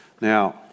Now